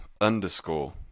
underscore